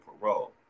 parole